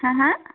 হা হা